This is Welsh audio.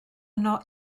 yno